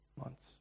months